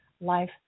life